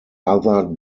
other